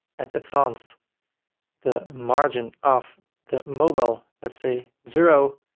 at advanced the margin of the mobile, let's say zero,